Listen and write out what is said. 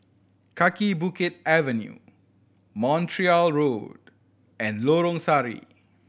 Kaki Bukit Avenue Montreal Road and Lorong Sari